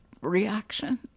reaction